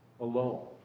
alone